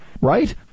right